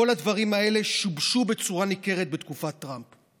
כל הדברים האלה שובשו בצורה ניכרת בתקופת טראמפ.